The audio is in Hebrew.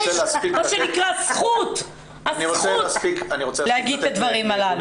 יש מה שנקרא זכות להגיד את הדברים האלה.